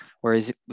whereas